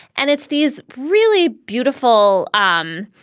and it's these really beautiful um